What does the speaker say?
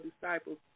disciples